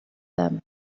them